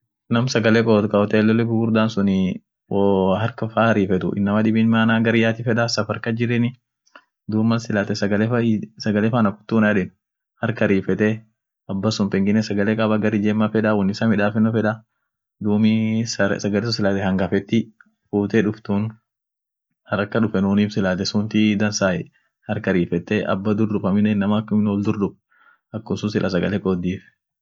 Aninii garkiyaan peesum ufira bareesaati, maananii sagalen taam ooruatie ,sagalen taam ooruati sagale peesa gudio akasi itbaasen taka hindagare haaja sagale gudio pesa gudio itbaasen, sagale hinjir sagale feden dukub namiit